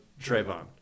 Trayvon